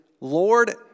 Lord